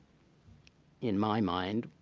in my mind,